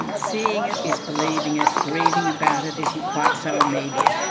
and seeing it is believing it, reading about it isn't quite so immediate.